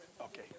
okay